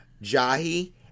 Jahi